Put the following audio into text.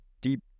deep